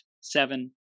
seven